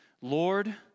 Lord